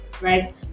right